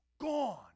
gone